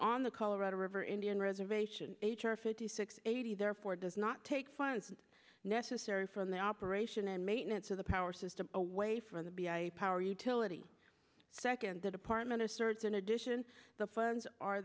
on the colorado river indian reservation h r fifty six eighty therefore does not take funds necessary from the operation and maintenance of the power system away from the b i power utility second the department asserts in addition the funds are